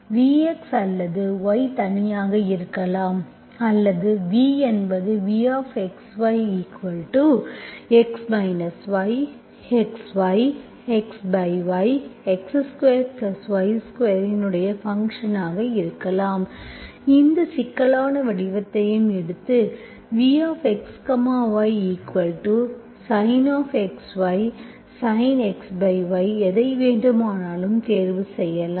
v x அல்லது y தனியாக இருக்கலாம் அல்லது v என்பது vxyx yxy xy x2y2 இன் ஃபங்க்ஷன்ஆக இருக்கலாம் எந்த சிக்கலான வடிவத்தையும் எடுத்து vxysin xy sinxy எதை வேண்டுமானாலும் தேர்வு செய்யலாம்